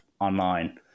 online